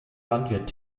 landwirt